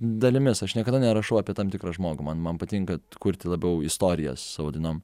dalimis aš niekada nerašau apie tam tikrą žmogų man man patinka kurti labiau istorijas savo dainom